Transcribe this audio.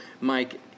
Mike